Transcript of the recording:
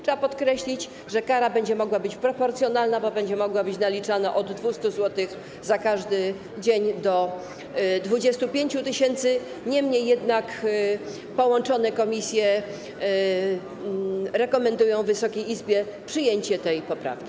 Trzeba podkreślić, że kara będzie mogła być proporcjonalna, bo będzie mogła być naliczana od 200 zł za każdy dzień do 25 tys., niemniej jednak połączone komisje rekomendują Wysokiej Izbie przyjęcie tej poprawki.